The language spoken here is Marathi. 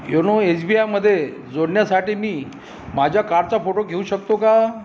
योनो एस बी आयमधे जोडण्यासाठी मी माझ्या कार्डचा फोटो घेऊ शकतो का